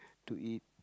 to eat